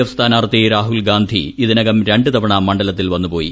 F സ്ഥാനാർത്ഥി രാഹുൽഗാന്ധി ഇതിനകം രണ്ട് തവണ മണ്ഡലത്തിൽ വന്നുപോയി